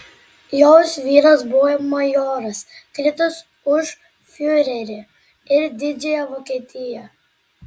jos vyras buvo majoras kritęs už fiurerį ir didžiąją vokietiją